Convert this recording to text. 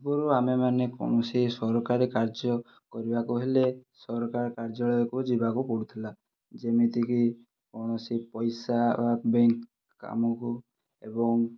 ପୂର୍ବରୁ ଆମେମାନେ କୌଣସି ସରକାରୀ କାର୍ଯ୍ୟ କରିବାକୁ ହେଲେ ସରକାର କାର୍ଯ୍ୟାଳୟକୁ ଯିବାକୁ ପଡ଼ୁଥିଲା ଯେମିତିକି କୌଣସି ପଇସା ବା ବ୍ୟାଙ୍କ କାମକୁ ଏବଂ